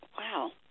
wow